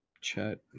chat